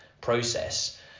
process